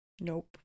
nope